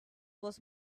was